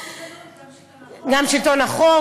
לא רק גזענות, גם שלטון החוק.